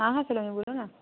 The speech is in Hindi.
हाँ हाँ सलोनी बोलो न